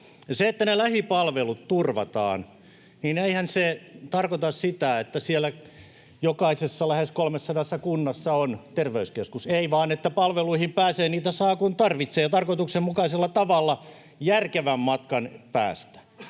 se, että ne lähipalvelut turvataan, tarkoita sitä, että siellä jokaisessa, lähes 300 kunnassa on terveyskeskus. Ei, vaan että palveluihin pääsee, niitä saa, kun tarvitsee ja tarkoituksenmukaisella tavalla järkevän matkan päästä.